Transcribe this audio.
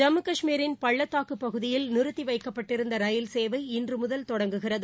ஜம்மு கஷ்மீரின் பள்ளத்தாக்குப் பகுதியில் நிறுத்திவைக்கப்பட்டிருந்தரயில் சேவை இன்றுமுதல் தொடங்குகிறது